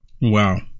Wow